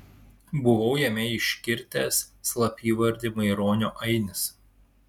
buvau jame iškirtęs slapyvardį maironio ainis